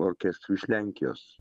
orkestru iš lenkijos